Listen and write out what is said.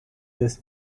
this